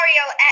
Mario